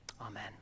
Amen